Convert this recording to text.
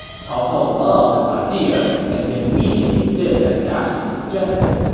cao cao loved this idea and immediately did as jia xu suggested,